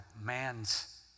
man's